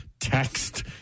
text